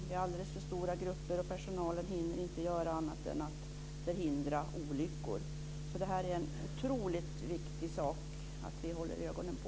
Det är alldeles för stora grupper, och personalen hinner inte göra annat än att förhindra olyckor. Det är en otroligt viktig sak att hålla ögonen på.